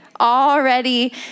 already